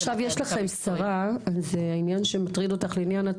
עכשיו יש לכם שרה אז בעניין ההטרדות